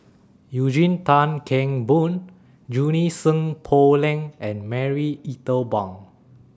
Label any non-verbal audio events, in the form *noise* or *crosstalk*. *noise* Eugene Tan Kheng Boon Junie Sng Poh Leng and Marie Ethel Bong